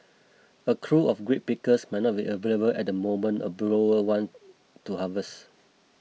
a crew of grape pickers might not be available at the moment a grower want to harvest